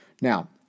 Now